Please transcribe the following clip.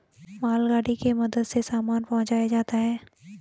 मालगाड़ी के मदद से सामान पहुंचाया जाता है